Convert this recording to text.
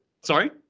Sorry